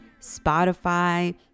Spotify